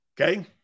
Okay